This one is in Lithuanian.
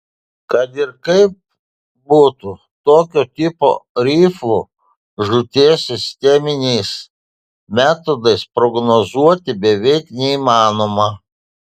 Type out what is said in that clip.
kad ir kaip būtų tokio tipo rifų žūties sisteminiais metodais prognozuoti beveik neįmanoma